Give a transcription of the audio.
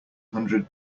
hundred